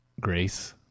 grace